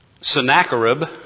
Sennacherib